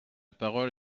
parole